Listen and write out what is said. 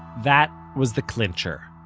that was the clincher,